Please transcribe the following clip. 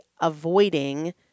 avoiding